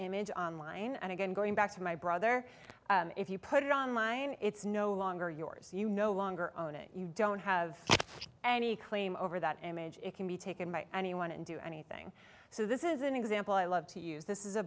image online and again going back to my brother if you put it on line it's no longer yours you no longer own it you don't have any claim over that image it can be taken by anyone and do anything so this is an example i love to use this is a